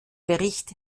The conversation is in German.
bericht